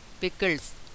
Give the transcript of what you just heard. pickles